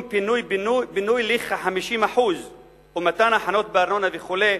פינוי-בינוי לכ-50% ומתן הנחות בארנונה וכו'